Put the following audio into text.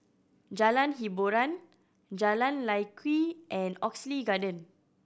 Jalan Hiboran Jalan Lye Kwee and Oxley Garden